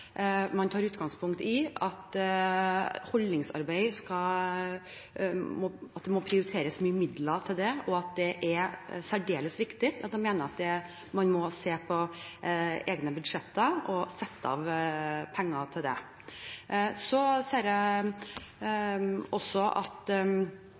det må prioriteres mye midler til holdningsarbeid, og at det er særdeles viktig, mener jeg at man må se på egne budsjetter og sette av penger til det. Så ser jeg